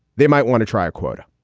they might want to try a quota